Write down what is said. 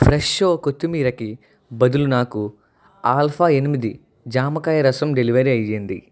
fresh ఓ కొత్తిమీరకి బదులు నాకు ఆల్ఫా ఎనిమిది జామకాయ రసం డెలివర్ అయ్యింది